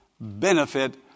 benefit